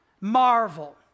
marvel